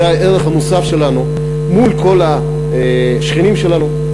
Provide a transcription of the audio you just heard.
זה הערך המוסף שלנו מול כל השכנים שלנו.